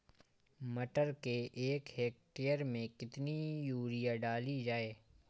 मटर के एक हेक्टेयर में कितनी यूरिया डाली जाए?